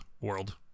world